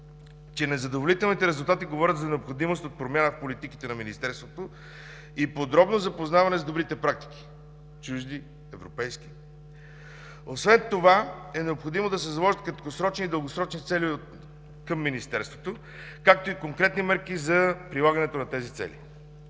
че незадоволителни резултати говорят за необходимост от промяна в политиките в Министерството и подробно запознаване с добрите чужди и европейски практики. Освен това е необходимо да се заложат като краткосрочни и дългосрочни цели към Министерството, както и конкретни мерки за прилагането на тези цели.